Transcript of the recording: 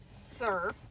sir